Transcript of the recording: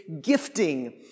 gifting